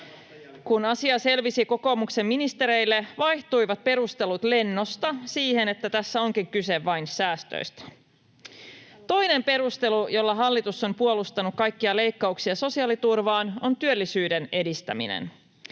Kun asia selvisi kokoomuksen ministereille, vaihtuivat perustelut lennosta siihen, että tässä onkin kyse vain säästöistä. Toinen perustelu, jolla hallitus on puolustanut kaikkia leikkauksia sosiaaliturvaan, on työllisyyden edistäminen.